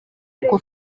kuko